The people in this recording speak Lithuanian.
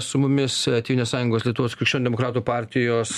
su mumis tėvynės sąjungos lietuvos krikščionių demokratų partijos